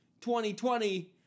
2020